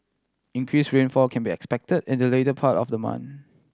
increase rainfall can be expect in the later part of the month